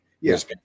Yes